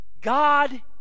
God